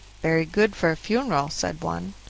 very good for a funeral, said one.